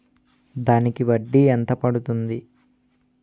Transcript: దానికి వడ్డీ ఎంత పడుతుంది?